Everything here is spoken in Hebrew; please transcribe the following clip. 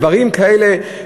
דברים כאלה,